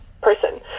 person